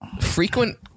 frequent